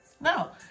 No